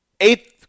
Eighth